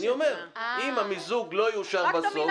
אז אני אומר שאם המיזוג לא יאושר בסוף --- בסדר.